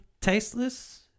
tasteless